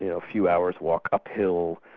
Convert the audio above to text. you know few hours' walk uphill,